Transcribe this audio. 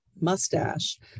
mustache